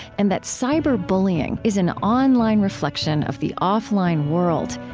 and that cyber-bullying is an online reflection of the offline world,